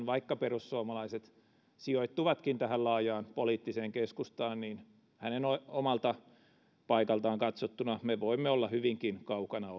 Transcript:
vaikka perussuomalaiset sijoittuvatkin laajaan poliittiseen keskustaan hänen näkökulmastaan hänen omalta paikaltaan katsottuna me voimme olla hyvinkin kaukana